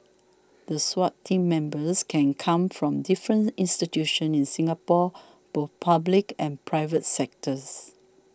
the Swat team members can come from different institutions in Singapore both public and private sectors